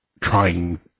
trying